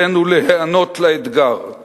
עלינו להיענות לאתגר.